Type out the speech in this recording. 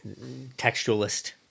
textualist